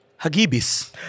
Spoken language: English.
Hagibis